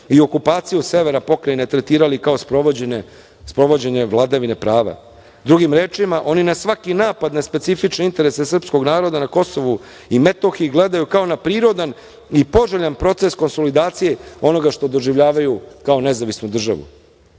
i okupaciju severa pokrajine tretirali kao sprovođenje vladavine prava. Drugima rečima, oni na svaki napad na specifične interese srpskog naroda na Kosovu i Metohiji gledaju kao na prirodan i poželjan proces konsolidacije onoga što doživljavaju kao nezavisnu državu. Navodne